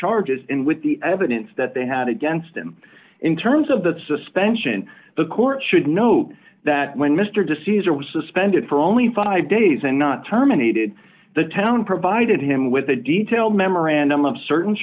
charges and with the evidence that they had against him in terms of that suspension the court should note that when mr de caesar was suspended for only five days and not terminated the town provided him with a detail memorandum of certain